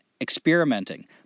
experimenting